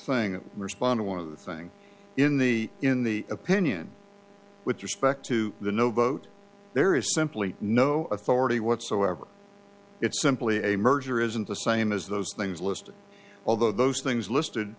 thing responded one of the thing in the in the opinion with respect to the no vote there is simply no authority whatsoever it's simply a merger isn't the same as those things listed although those things listed